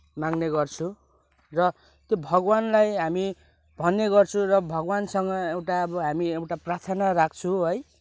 माग्ने गर्छौं र त्यो भगवान्लाई हामी भन्ने गर्छु र भगवान्सँग एउटा अब हामी एउटा प्रार्थना राख्छु है